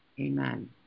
Amen